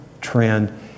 trend